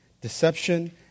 deception